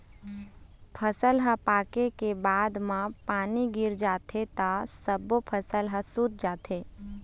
फसल ह पाके के बाद म पानी गिर जाथे त सब्बो फसल ह सूत जाथे